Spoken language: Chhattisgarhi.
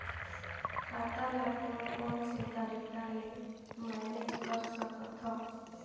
खाता ल कौन कौन से तरीका ले मैनेज कर सकथव?